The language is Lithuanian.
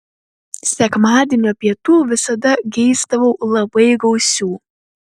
sekmadienio pietų visada geisdavau labai gausių